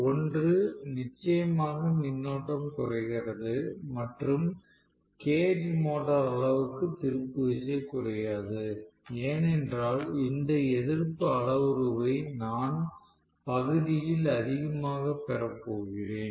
ஒன்று நிச்சயமாக மின்னோட்டம் குறைகிறது மற்றும் கேஜ் மோட்டார் அளவுக்கு திருப்பு விசை குறையாது ஏனென்றால் இந்த எதிர்ப்பு அளவுருவை நான் பகுதியில் அதிகமாக பெறப் போகிறேன்